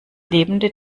lebende